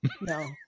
no